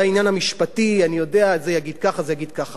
הראו לי פעילים סימנים כחולים, הורידו את החולצות.